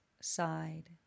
side